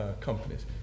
companies